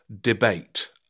debate